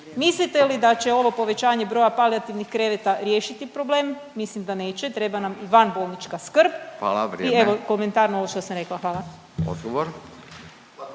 Mislite li da će ovo povećanje broja palijativnih kreveta riješiti problem? Mislim da neće, treba nam i van bolnička skrb…/Upadica Radin: Hvala, vrijeme./…i evo komentar na ovo što sam rekla, hvala.